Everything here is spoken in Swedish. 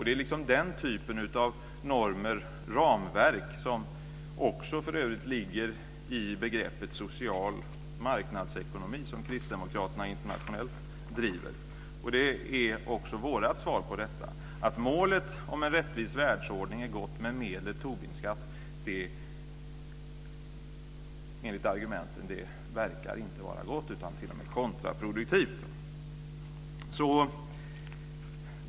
Det är den typen av normer och ramverk som också för övrigt ligger i begreppet social marknadsekonomi, som Kristdemokraterna driver internationellt. Det är också vårt svar på detta. Målet om en rättvis världsordning är gott, men medlet Tobinskatt verkar enligt argumenten inte vara gott, utan t.o.m. kontraproduktivt.